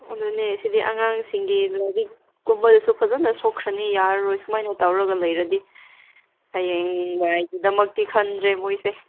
ꯑꯗꯨꯅꯦ ꯁꯤꯗꯤ ꯑꯉꯥꯡꯁꯤꯡꯒꯤ ꯂꯥꯏꯔꯤꯛ ꯀꯨꯝꯕꯗꯁꯨ ꯐꯖꯅ ꯁꯣꯛꯈ꯭ꯔꯅꯤ ꯌꯥꯔꯔꯣꯏ ꯁꯨꯃꯥꯏꯅ ꯇꯧꯔꯒ ꯂꯩꯔꯗꯤ ꯍꯌꯦꯡꯋꯥꯏꯒꯤꯗꯃꯛꯇꯤ ꯈꯟꯗ꯭ꯔꯦ ꯃꯈꯣꯏꯁꯦ